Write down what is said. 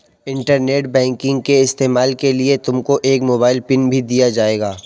internet banking के इस्तेमाल के लिए तुमको एक मोबाइल पिन भी दिया जाएगा